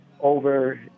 over